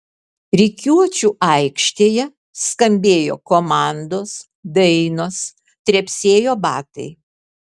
rikiuočių aikštėje skambėjo komandos dainos trepsėjo batai